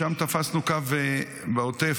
משם תפסנו קו בעוטף,